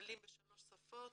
שמופעלות בשלוש שפות,